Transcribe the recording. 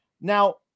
Now